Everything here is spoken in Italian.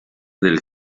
del